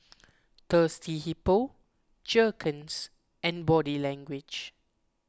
Thirsty Hippo Jergens and Body Language